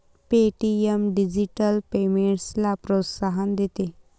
Paytm digital पेमेंट्सला प्रोत्साहन देते